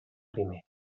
primer